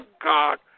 God